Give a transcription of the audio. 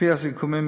על-פי הסיכומים,